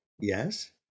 Yes